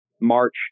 March